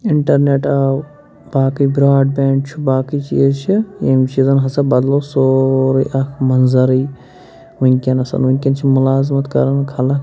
internet آو باقٕے broadband چھُ باقٕے چیٖز چھِ ییٚمۍ چیٖزَن ہسا بدلو سورٕے اَکھ منظرٕے وٕنۍ کٮ۪نَس وٕنۍکٮ۪ن چھِ مُلازمَت کران خلق